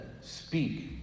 speak